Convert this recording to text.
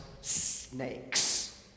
snakes